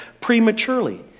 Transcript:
prematurely